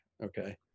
okay